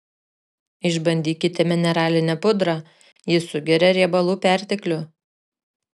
išbandykite mineralinę pudrą ji sugeria riebalų perteklių